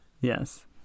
Yes